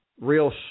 real